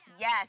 Yes